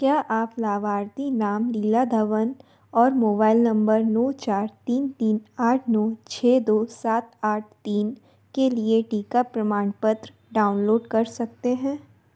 क्या आप लाभार्थी नाम लीला धवन और मोबाइल नम्बर नौ चार तीन तीन आठ नौ छः दो सात आठ तीन के लिए टीका प्रमाणपत्र डाउनलोड कर सकते हैं